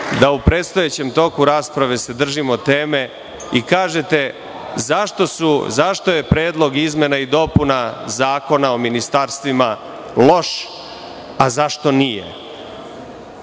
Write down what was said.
da u predstojećem toku rasprave se držimo teme i kažete zašto je Predlog izmena i dopuna Zakona o ministarstvima loš, a zašto nije. Ono